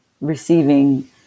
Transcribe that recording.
receiving